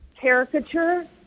caricature